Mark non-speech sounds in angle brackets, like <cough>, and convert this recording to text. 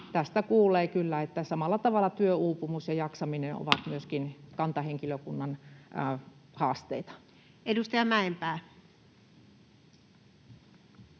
tästä kuulee kyllä, että samalla tavalla työuupumus ja jaksaminen <noise> ovat myöskin kantahenkilökunnan haasteita. Edustaja Mäenpää.